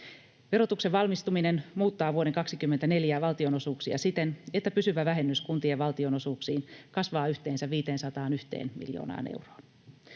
Verotuksen valmistuminen muuttaa vuoden 24 valtionosuuksia siten, että pysyvä vähennys kuntien valtionosuuksiin kasvaa yhteensä 501 miljoonaan euroon.